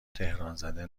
تهرانزده